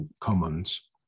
Commons